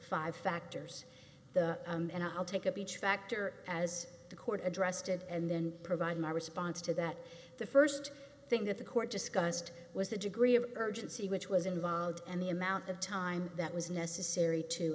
five factors and i'll take up each factor as the court addressed it and then provide my response to that the first thing that the court discussed was the degree of urgency which was involved and the amount of time that was necessary to